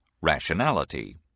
rationality